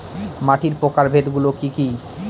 মাটির প্রকারভেদ গুলো কি কী?